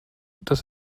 dass